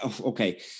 okay